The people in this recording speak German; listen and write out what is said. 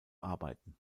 arbeiten